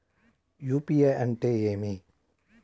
UPI అంటే ఏమి?